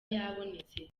yabonetse